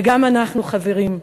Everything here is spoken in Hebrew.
וגם אנחנו, חברים,